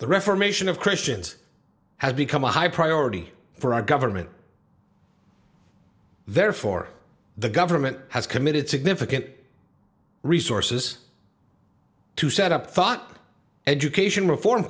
the reformation of christians has become a high priority for our government therefore the government has committed significant resources to set up thought education reform